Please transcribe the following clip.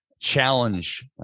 challenge